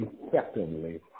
effectively